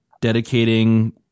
dedicating